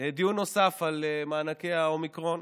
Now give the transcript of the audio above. דיון נוסף על מענקי האומיקרון.